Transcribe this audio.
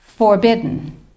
Forbidden